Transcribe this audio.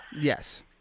Yes